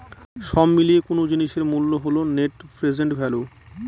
সব মিলিয়ে কোনো জিনিসের মূল্য হল নেট প্রেসেন্ট ভ্যালু